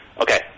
Okay